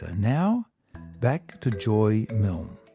now back to joy milne.